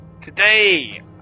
today